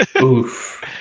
oof